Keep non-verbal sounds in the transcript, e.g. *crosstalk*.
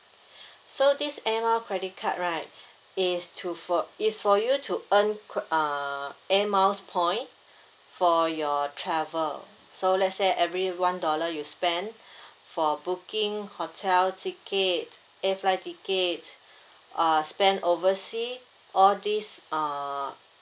*breath* so this Air Miles credit card right *breath* is to for is for you to earn co~ uh Air Miles point *breath* for your travel so let's say every one dollar you spend *breath* for booking hotel tickets air fly tickets *breath* uh spend overseas all these uh